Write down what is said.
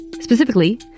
Specifically